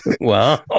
wow